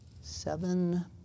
Seven